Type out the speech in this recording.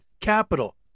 capital